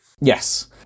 Yes